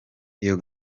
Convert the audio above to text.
iyo